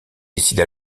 décide